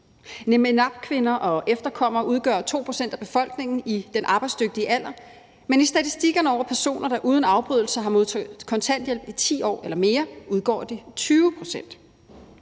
MENAPT-kvinder og efterkommere udgør 2 pct. af befolkningen i den arbejdsdygtige alder, men i statistikkerne over personer, der uden afbrydelse har modtaget kontanthjælp i 10 år eller mere, udgør de 20 pct.